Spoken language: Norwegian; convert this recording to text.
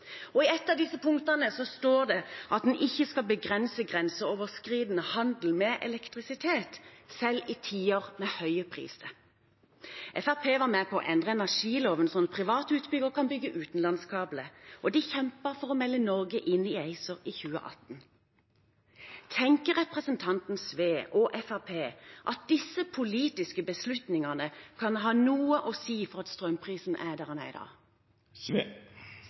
I et av disse punktene står det at en ikke skal begrense grensoverskridende handel med elektrisitet, selv i tider med høye priser. Fremskrittspartiet var med på å endre energiloven sånn at privat utbygger kan bygge utenlandskabler, og de kjempet for å melde Norge inn i ACER i 2018. Tenker representanten Sve og Fremskrittspartiet at disse politiske beslutningene kan ha noe å si for at strømprisen er der den er i dag?